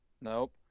Nope